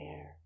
air